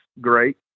great